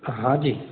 हांजी